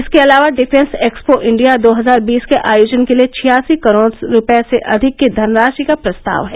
इसके अलावा defence expo India दो हजार बींस के आयोजन के लिये छियासी करोड़ रूपये से अधिक की धनराशि का प्रस्ताव है